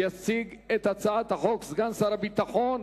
יציג את הצעת החוק סגן שר הביטחון